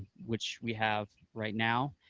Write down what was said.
which we have right now,